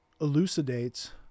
elucidates